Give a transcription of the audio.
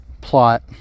plot